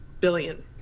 Billion